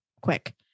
quick